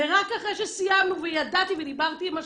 ורק אחרי שסיימנו וידעתי ודיברתי עם השוטר,